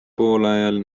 poolajal